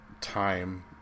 time